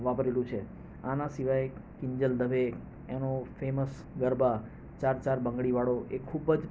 વાપરેલું છે આના સિવાય કિંજલ દવે એનો ફેમસ ગરબા ચાર ચાર બંગળીવાળો એ ખૂબ જ